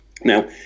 Now